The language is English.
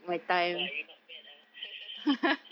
!wah! you not bad ah